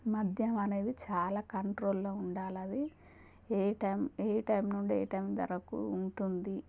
మద్యం అనేది చాలా కంట్రోల్లో ఉండాలి అది ఏ టైం ఏ టైం నుండి ఏ టైం వరకు ఉంటుంది